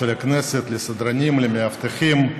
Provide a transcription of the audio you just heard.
של הכנסת, לסדרנים, למאבטחים,